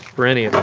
for any